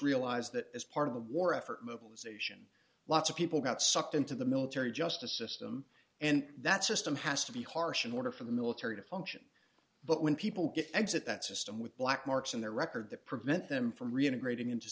realized that as part of the war effort mobilization lots of people got sucked into the military justice system and that system has to be harsh in order for the military to function but when people get exit that system with black marks on their record that prevent them from reintegrating into